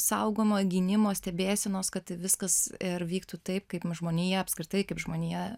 saugomo gynimo stebėsenos kad viskas ir vyktų taip kaip žmonija apskritai kaip žmonija